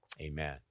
Amen